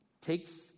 takes